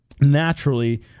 naturally